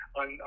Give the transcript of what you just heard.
on